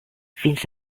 fins